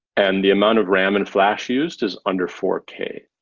and the amount of ram and flash used is under four k.